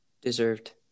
deserved